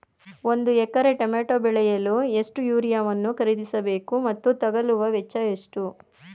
ಒಂದು ಎಕರೆ ಟಮೋಟ ಬೆಳೆಯಲು ಎಷ್ಟು ಯೂರಿಯಾವನ್ನು ಖರೀದಿಸ ಬೇಕು ಮತ್ತು ತಗಲುವ ವೆಚ್ಚ ಎಷ್ಟು?